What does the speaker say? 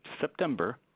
September